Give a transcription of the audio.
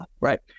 right